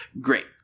Great